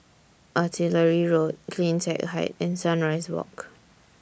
Artillery Road CleanTech Height and Sunrise Walk